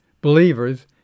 believers